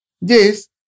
Yes